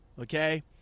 Okay